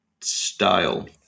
style